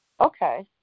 Okay